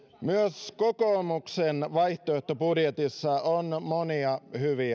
myös kokoomuksen vaihtoehtobudjetissa on monia hyviä